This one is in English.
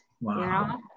Wow